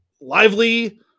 lively